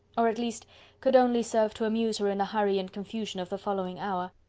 or at least could only serve to amuse her in the hurry and confusion of the following hour.